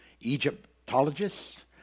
Egyptologists